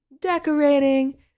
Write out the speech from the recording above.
decorating